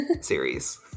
series